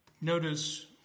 Notice